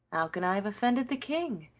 how can i have offended the king?